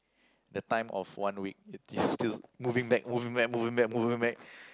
the time of one week you still moving back moving back moving back moving back